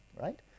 right